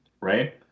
right